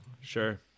Sure